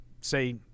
say